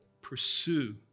pursue